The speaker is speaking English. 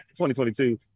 2022